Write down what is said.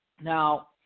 Now